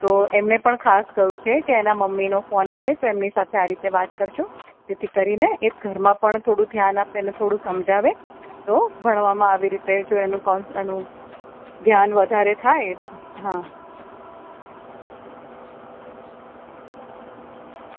તો એમને પણ ખાસ કહ્યું છે કે એના મમ્મીનો ફોન આવે તો એમની સાથે આ રીતે વાત કરજો જેથી કરીને એ ઘરમાં પણ થોડું ધ્યાન આપે અને થોડું સમજાવે તો ભણવામાં આવી રીતે જો એનું એનું ધ્યાન વધારે થાય હ